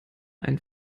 einen